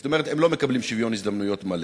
זאת אומרת, הם לא מקבלים שוויון הזדמנויות מלא.